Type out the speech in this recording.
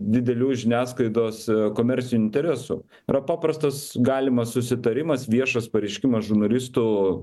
didelių žiniasklaidos komercinių interesų yra paprastas galimas susitarimas viešas pareiškimas žurnalistų